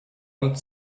und